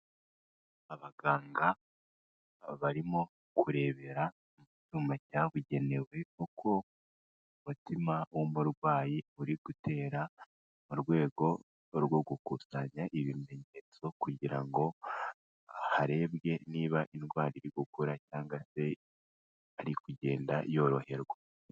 Abaganga barimo kurebera mu cyuma cyabugenewe uko umutima w'uburwayi uri gutera, mu rwego rwo gukusanya ibimenyetso kugira ngo harebwe niba indwara iri gukura cyangwa se ari kugenda yoroherwa.